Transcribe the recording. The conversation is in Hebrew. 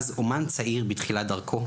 אז אומן צעיר בתחילת דרכו,